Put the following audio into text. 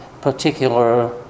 particular